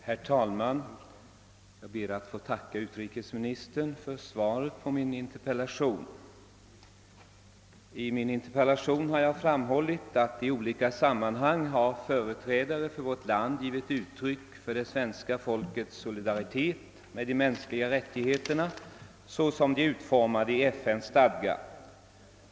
Herr talman! Jag ber att få tacka utrikesministern för svaret på min interpellation. I interpellationen har jag framhållit att i olika sammanhang har företrädare för vårt land givit uttryck för det svenska folkets solidaritet med de mänskliga rättigheterna såsom de är utformade i FN:s stadga.